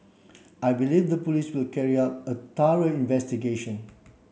I believe the police will carry out a thorough investigation